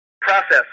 Process